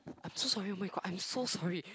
I'm so sorry oh-my-god I'm so sorry